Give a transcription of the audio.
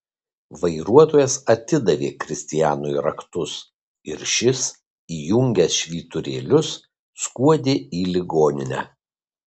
vairuotojas atidavė kristianui raktus ir šis įjungęs švyturėlius skuodė į ligoninę